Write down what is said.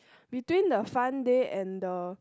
between the fun day and the